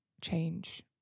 change